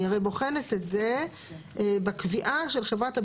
אני הרי בוחנת את זה בקביעה של חברת הביטוח,